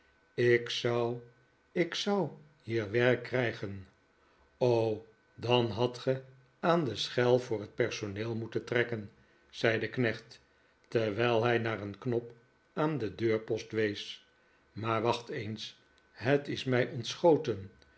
ik zou ik zou hier werk krijgen dan hadt ge aan de schel voor het personeel moeten trekken zei de knecht terwijl hij naar een knop aan den deurpost wees maar wacht eens het is mij ontschoten